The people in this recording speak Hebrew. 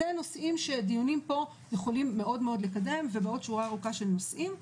אלה נושאים שדיונים פה יכולים מאוד לקדם ובעוד שורה ארוכה של נושאים.